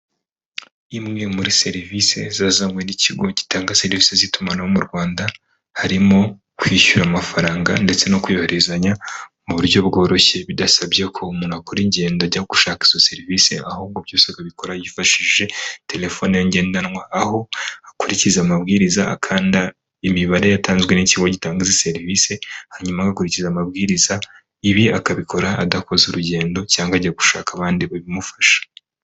Imwe muri serivisi zazanywe n'ikigo gitanga serivisi z'itumanaho mu Rwanda, harimo kwishyura amafaranga ndetse no kuyohererezanya mu buryo bworoshye, bidasabye ko umuntu akora ingendo ajya gushaka izo serivisi ahubwo byose akabikora yifashishije terefone ye ngendanwa, aho akurikiza amabwiriza akanda imibare yatanzwe n'ikigo gitanga iyi serivisi hanyuma agakurikiza amabwiriza, ibi akabikora adakoze urugendo cyangwa ajya gushaka abandi babimufasha.